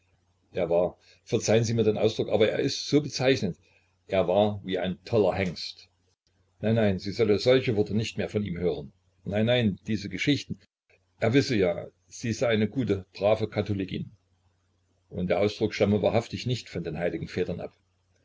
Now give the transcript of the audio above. er war verzeihen sie mir den ausdruck aber er ist so bezeichnend er war wie ein toller hengst nein nein sie solle solche worte nicht mehr von ihm hören nein nicht diese geschichten er wisse ja sie sei eine gute brave katholikin und der ausdruck stamme wahrhaftig nicht von den heiligen vätern ab